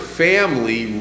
family